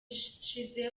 ishize